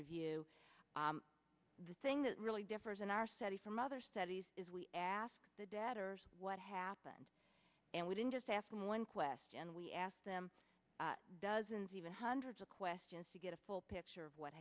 review the thing that really differs in our study from other studies is we asked the data what happened and we didn't just ask one question we asked them dozens even hundreds of questions to get a full picture of what